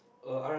uh